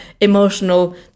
emotional